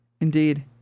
Indeed